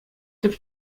тӗп